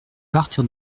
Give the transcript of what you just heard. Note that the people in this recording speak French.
partir